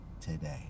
today